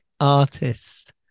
Artists